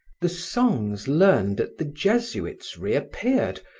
the songs learned at the jesuits reappeared,